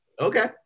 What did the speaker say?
okay